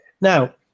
Now